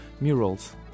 murals